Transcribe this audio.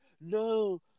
No